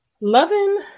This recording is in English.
Loving